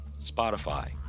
Spotify